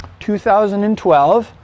2012